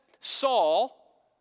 Saul